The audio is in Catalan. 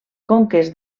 conques